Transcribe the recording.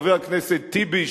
חבר הכנסת טיבי,